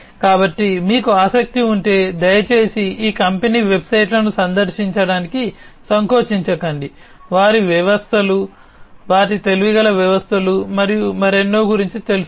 కాబట్టి మీకు ఆసక్తి ఉంటే దయచేసి ఈ కంపెనీ వెబ్సైట్లను సందర్శించడానికి సంకోచించకండి వారి వ్యవస్థలు వాటి తెలివిగల వ్యవస్థలు మరియు మరెన్నో గురించి తెలుసుకోండి